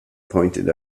pointed